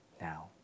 now